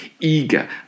eager